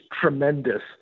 tremendous